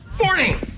Morning